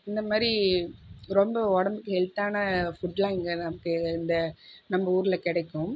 இந்த மேரி ரொம்ப உடம்புக்கு ஹெல்த்தான ஃபுட்லாம் இங்கே நமக்கு இந்த நம்ப ஊரில் கிடைக்கும்